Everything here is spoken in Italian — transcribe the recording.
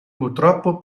purtroppo